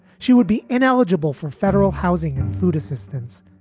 she would be ineligible for federal housing and food assistance.